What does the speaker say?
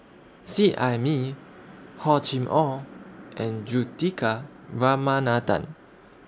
Seet Ai Mee Hor Chim Or and Juthika Ramanathan